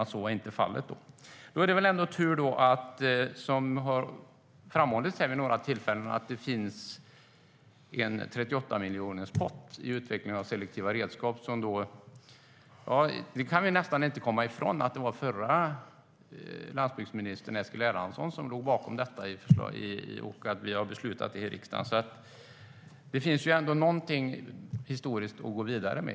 Här har det vid några tillfällen framhållits att det som tur är finns en 38-miljonerspott för utvecklig av selektiva redskap. Vi kan inte komma ifrån att det var förra landsbygdsministern Eskil Erlandsson som låg bakom det förslaget till riksdagen. Det finns ändå någonting historiskt att gå vidare med.